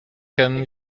can